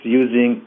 using